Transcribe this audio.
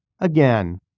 again